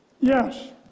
Yes